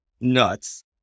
nuts